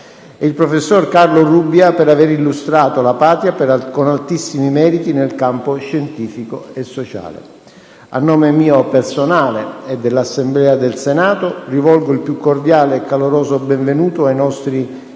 il professor Carlo Rubbia, per aver illustrato la Patria con altissimi meriti nel campo scientifico e sociale. A nome mio personale e dell'Assemblea del Senato, rivolgo il più cordiale e caloroso benvenuto ai nostri